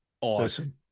awesome